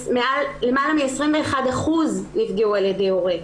למעלה מ-21% נפגעו על ידי הורה.